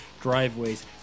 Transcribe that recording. driveways